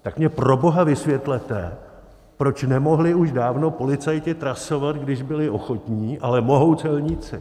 Tak mně proboha vysvětlete, proč nemohli už dávno policajti trasovat, když byli ochotní, ale mohou celníci.